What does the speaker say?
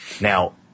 Now